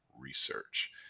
research